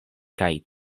kaj